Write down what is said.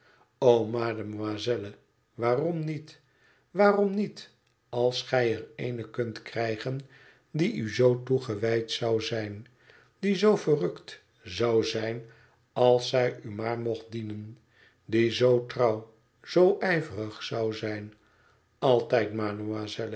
mademoiselle waarom niet waarom niet als gij er eene kunt krijgen die u zoo toegewijd zou zijn die zoo verrukt zou zijn als zij u maar mocht dienen die zoo trouw zoo ijverig zou zijn altijd mademoiselle